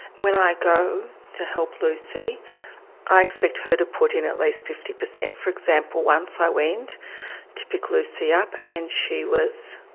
when i go to help lucy i expect her to put in at least fifty per cent. for example, once i went and to pick lucy up and she was.